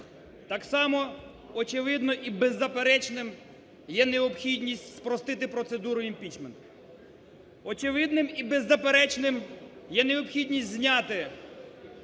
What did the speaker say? Так само, очевидно, і беззаперечним є необхідність спростити процедуру імпічменту. Очевидним і беззаперечним є необхідність зняти